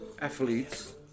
athletes